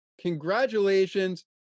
congratulations